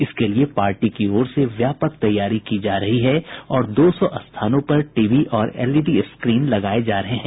इसके लिये पार्टी की ओर से व्यापक तैयारी की जा रही है और दो सौ स्थानों पर टीवी और एलईडी स्क्रीन लगाये जा रहे हैं